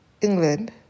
England